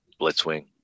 Blitzwing